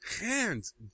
hands